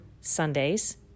Sundays